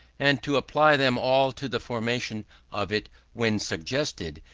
and to apply them all to the formation of it when suggested,